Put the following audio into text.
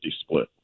split